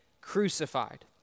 crucified